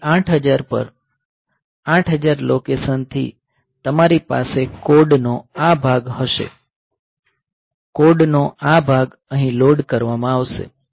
પછી 8000 પર 8000 લોકેશન થી તમારી પાસે કોડનો આ ભાગ હશે કોડનો આ ભાગ અહીં લોડ કરવામાં આવશે